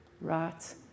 Right